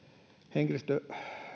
henkilöstön